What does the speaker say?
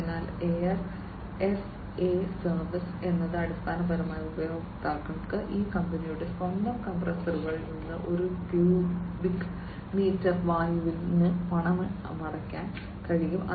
അതിനാൽ air as a service എന്നത് അടിസ്ഥാനപരമായി ഉപയോക്താക്കൾക്ക് ഈ കമ്പനികളുടെ സ്വന്തം കംപ്രസ്സറുകളിൽ നിന്ന് ഒരു ക്യുബിക് മീറ്റർ വായുവിന് പണമടയ്ക്കാൻ കഴിയും